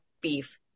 beef